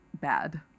bad